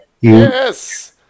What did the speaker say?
Yes